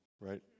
right